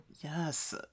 Yes